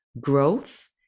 growth